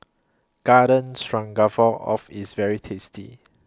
Garden Stroganoff IS very tasty